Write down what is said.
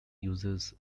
uses